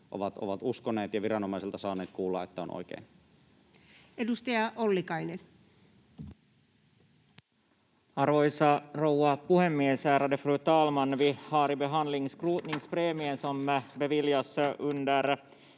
ovat uskoneet ja viranomaisilta saaneet kuulla, että on oikein. Edustaja Ollikainen. Arvoisa rouva puhemies, ärade fru talman! Vi behandlar skrotningspremien som beviljas under